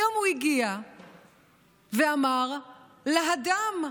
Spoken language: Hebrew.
היום הוא הגיע ואמר: להד"ם.